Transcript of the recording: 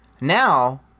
Now